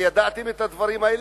הידעתם את הדברים האלה?